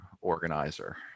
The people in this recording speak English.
organizer